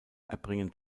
erbringen